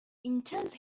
intense